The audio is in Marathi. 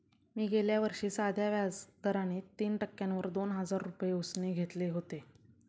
मी गेल्या वर्षी साध्या व्याज दराने तीन टक्क्यांवर दोन हजार रुपये उसने घेतले होते